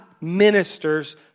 ministers